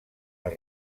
les